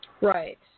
Right